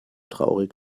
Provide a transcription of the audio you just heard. traurig